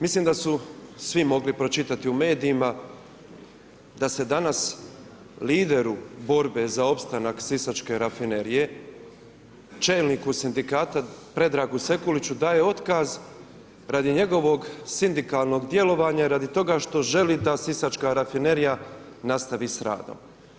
Mislim da su svi mogli pročitati u medijima da se danas lideru borbe za opstanak Sisačke rafinerije, čelniku sindikata Predragu Sekuliću daje otkaz radi njegovog sindikalnog djelovanje, radi toga što želi da Sisačka rafinerija nastavi sa radom.